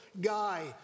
guy